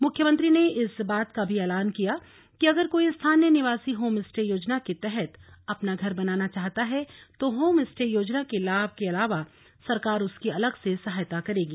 मुख्यमंत्री ने इस बात का भी ऐलान किया कि अगर कोई स्थानीय निवासी होम स्टे योजना के तहत अपना घर बनाना चाहता है तो होम स्टे योजना के लाभ के अलावा सरकार उसकी अलग से सहायता करेगी